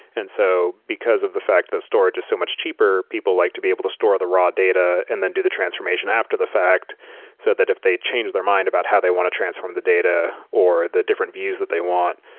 and so, because of the fact that storage is so much cheaper, people like to be able to store the raw data and then do the transformation after the fact so that if they change their mind about how they want to transform the data or the different views that they want,